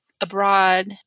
abroad